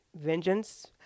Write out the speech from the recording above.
vengeance